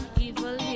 Evil